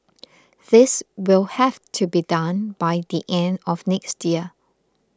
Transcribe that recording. this will have to be done by the end of next year